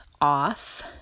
off